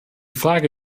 frage